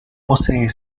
posee